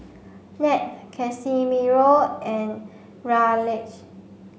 Nat Casimiro and Raleigh